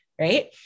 Right